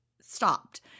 stopped